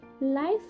Life